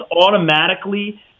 automatically